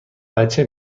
بچه